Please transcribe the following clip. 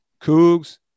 cougs